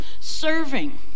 serving